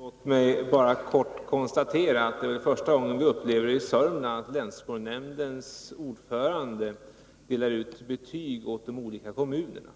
Herr talman! Låt mig bara kort konstatera att det är första gången vi i Södermanland upplever att länsskolnämndens ordförande delar ut betyg åt de olika kommunerna.